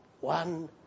one